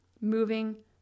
moving